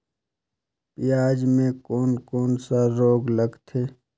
पियाज मे कोन कोन सा रोग लगथे?